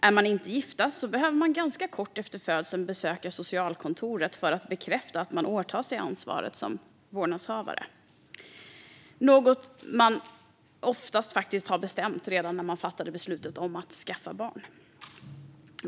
Är man inte gifta behöver man ganska kort efter födseln besöka socialkontoret för att bekräfta att man åtar sig ansvaret som vårdnadshavare, vilket är något som man oftast redan bestämde när man fattade beslutet om att skaffa barn.